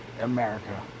America